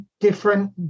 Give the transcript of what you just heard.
different